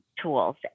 tools